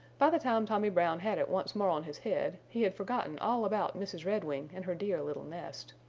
by the time tommy brown had it once more on his head he had forgotten all about mrs. redwing and her dear little nest.